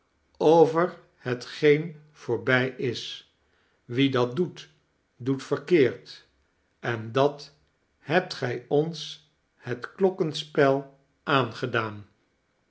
over hetgeen voorbij is wie dat doet doet verkeerd en dat hebt gij ons het klokkenspel aangedaan